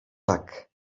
tak